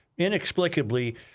inexplicably